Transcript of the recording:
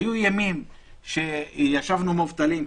היו ימים שישבנו מובטלים,